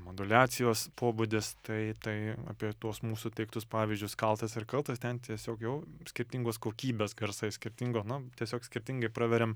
moduliacijos pobūdis tai tai apie tuos mūsų teiktus pavyzdžius kaltas ir kaltas ten tiesiog jau skirtingos kokybės garsai skirtingo nu tiesiog skirtingai praveriam